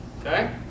Okay